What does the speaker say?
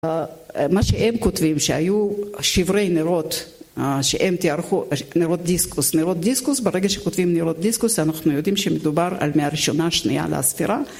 מה שהם כותבים, שהיו שברי נרות, שהם תיארכו נרות דיסקוס - נרות דיסקוס, ברגע שכותבים נרות דיסקוס, אנחנו יודעים שמדובר על מאה ראשונה-שנייה לספירה.